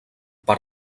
per